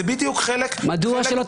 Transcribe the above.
זה בדיוק חלק מהעניין.